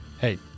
Hey